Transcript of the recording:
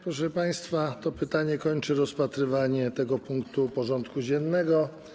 Proszę państwa, to pytanie kończy rozpatrywanie tego punktu porządku dziennego.